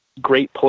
great